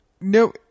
no